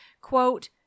quote